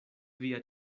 via